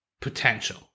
potential